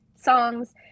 songs